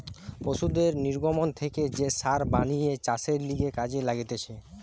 পশুদের নির্গমন থেকে যে সার বানিয়ে চাষের লিগে কাজে লাগতিছে